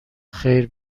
خیر